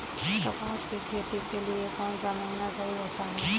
कपास की खेती के लिए कौन सा महीना सही होता है?